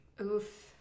Oof